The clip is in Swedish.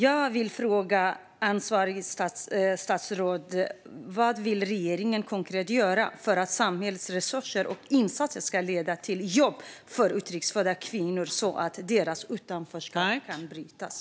Jag vill fråga ansvarigt statsråd: Vad vill regeringen konkret göra för att samhällets resurser och insatser ska leda till jobb för utrikes födda kvinnor så att deras utanförskap kan brytas?